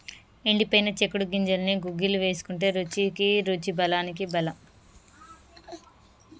ఎండిపోయిన చిక్కుడు గింజల్ని గుగ్గిళ్లు వేసుకుంటే రుచికి రుచి బలానికి బలం